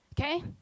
Okay